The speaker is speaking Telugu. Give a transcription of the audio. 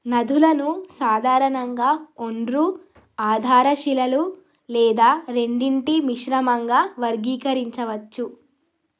నదులను సాధారణంగా ఒండ్రు ఆధార శిలలు లేదా రెండింటి మిశ్రమంగా వర్గీకరించవచ్చు